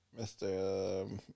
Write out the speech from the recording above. Mr